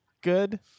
good